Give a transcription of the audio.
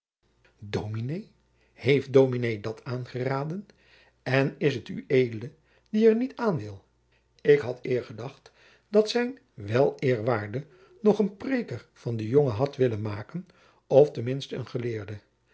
dominé heeft dominé dat aangeraden en is het ued die er niet aanwil ik had eer gedacht dat zijn weleerwaarde nog een preêker van den jongen had willen maken of ten minste een geleerde